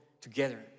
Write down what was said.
together